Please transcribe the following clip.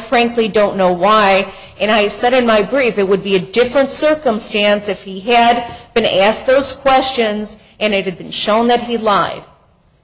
frankly don't know why and i said in my grief it would be a different circumstance if he had been asked those questions and it had been shown that the lie